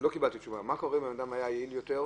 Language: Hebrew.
קיבלתי תשובה מה קורה אם בן אדם היה יעיל יותר,